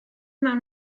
mewn